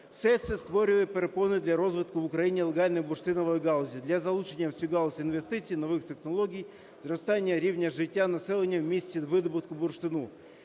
Все це створює перепони для розвитку в Україні легальної бурштинової галузі, для залучення в цю галузь інвестицій, нових технологій, зростання рівня життя населення в місці видобутку бурштину,